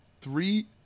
three